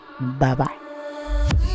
Bye-bye